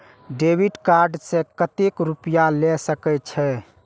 Debit card से कतेक रूपया ले सके छै?